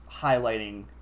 highlighting